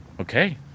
okay